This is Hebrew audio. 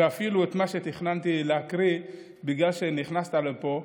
ואפילו את מה שתכננתי להקריא בגלל שנכנסת לפה,